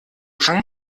fangen